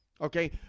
okay